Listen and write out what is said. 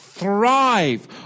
thrive